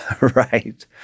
Right